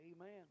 Amen